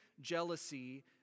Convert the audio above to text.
jealousy